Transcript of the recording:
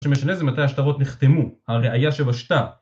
מה שמשנה זה מתי השטרות נחתמו, הראיה שבשטר.